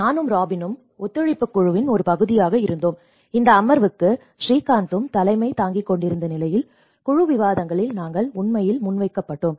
நானும் ராபினும் ஒத்துழைப்புக் குழுவின் ஒரு பகுதியாக இருந்தோம் இந்த அமர்வுக்கு ஸ்ரீகாந்தும் தலைமை தாங்கிக்கொண்டிருந்த நிலையில் குழு விவாதங்களில் நாங்கள் உண்மையில் முன்வைக்கப்பட்டோம்